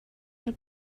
del